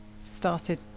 started